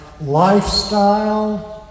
lifestyle